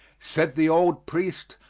said the old priest,